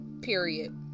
Period